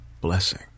blessing